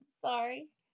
sorry